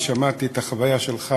ושמעתי את החוויה שלך